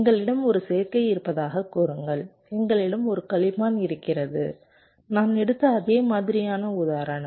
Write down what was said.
எங்களிடம் ஒரு சேர்க்கை இருப்பதாகக் கூறுங்கள் எங்களிடம் ஒரு கழிப்பான் இருக்கிறது நான் எடுத்த அதே மாதிரியான உதாரணம்